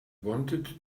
wanted